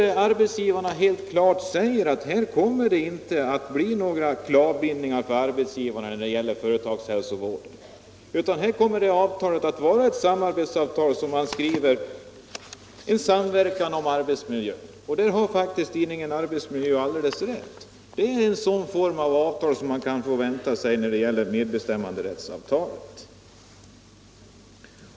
Arbetsgivarna säger där klart att det blir ingen klavbindning av arbetsgivarna när det gäller företagshälsovården utan det skall vara ett samarbetsavtal om arbetsmiljön. Där har faktiskt tidningen Arbetsmiljö alldeles räit — det är en sådan form av avtal som mun kan vänta sig när det gäller medbestäimmanderättsavtulet.